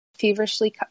feverishly